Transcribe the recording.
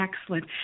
Excellent